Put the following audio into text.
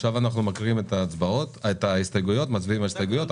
עכשיו נקרא את ההסתייגויות ונצביע עליהן.